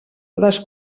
les